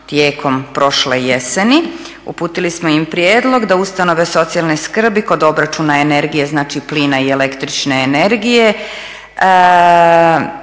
tijekom prošle jeseni, uputili smo im prijedlog da ustanove socijalne skrbi kod obračuna energije znači plina i električne energije